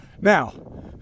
now